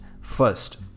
First